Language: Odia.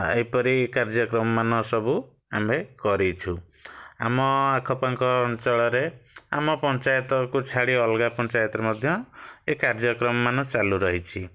ଏହିପରି କାର୍ଯ୍ୟକ୍ରମ ମାନ ସବୁ ଆମେ କରିଛୁ ଆମ ଆଖ ପାଖ ଅଞ୍ଚଳରେ ଆମ ପଞ୍ଚାୟତକୁ ଛାଡ଼ି ଅଲଗା ପଞ୍ଚାୟତରେ ମଧ୍ୟ ଏ କାର୍ଯ୍ୟକ୍ରମ ମାନ ଚାଲୁ ରହିଛି